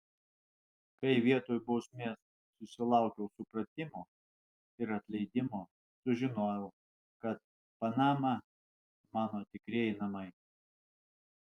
kai vietoj bausmės susilaukiau supratimo ir atleidimo sužinojau kad panama mano tikrieji namai